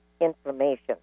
information